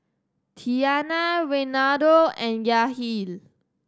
Tiana Reinaldo and Yahir